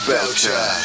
Belcher